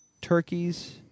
Turkeys